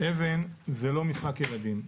אבן זה לא משחק ילדים.